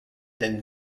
than